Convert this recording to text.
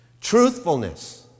Truthfulness